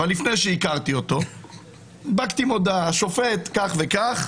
לפני שהכרתי אותו הדבקתי מודעה השופט "כך וכך",